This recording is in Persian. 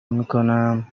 میکنم